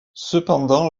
cependant